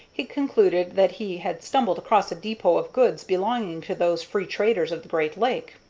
he concluded that he had stumbled across a depot of goods belonging to those free-traders of the great lake.